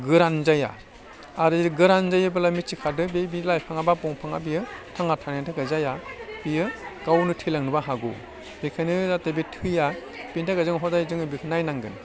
गोरान जाया आरो गोरान जायोब्ला मिथिखादो बे लाइफाङा बा दंफाङा बियो थांना थानायनि थाखाय जाया बियो गावनो थैलांनोबो हागौ बेखायनो जाहाथे बे थैया बेनि थाखाय जों हदाय जोङो बेखौ नायनांगोन